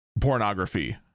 pornography